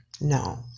No